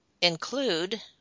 include